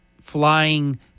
flying